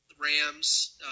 Rams